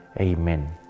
Amen